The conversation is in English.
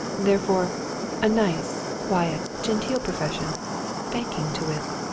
therefore a nice, quiet, genteel profession banking, to wit.